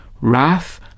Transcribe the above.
wrath